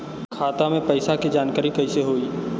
खाता मे पैसा के जानकारी कइसे होई?